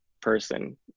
person